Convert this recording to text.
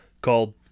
Called